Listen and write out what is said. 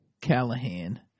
Callahan